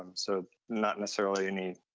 um so not necessarily any